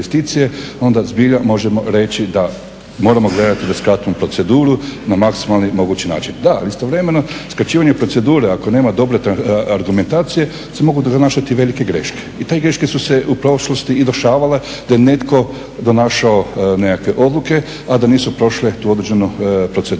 Onda zbilja možemo reći da moramo gledati da skratimo proceduru na maksimalni mogući način. Da, ali istovremeno skraćivanje procedure, ako nema dobre argumentacije se mogu događati velike greške i te greške su se u prošlosti i dešavale da je netko donašao nekakve odluke a da nisu prošle tu određenu proceduru.